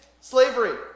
slavery